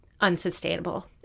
unsustainable